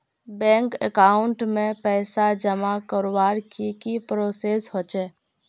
Bank account में पैसा जमा करवार की की प्रोसेस होचे?